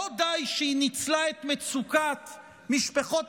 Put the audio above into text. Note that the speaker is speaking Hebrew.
לא די שהיא ניצלה את מצוקת משפחות